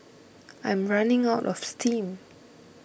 I'm running out of steam